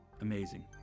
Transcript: Amazing